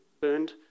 burned